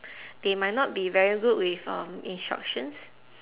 they might not be very good with um instructions